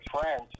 friends